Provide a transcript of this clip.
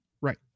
Right